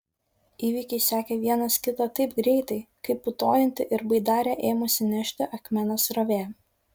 įvykiai sekė vienas kitą taip greitai kaip putojanti ir baidarę ėmusi nešti akmenos srovė